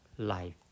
life